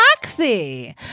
taxi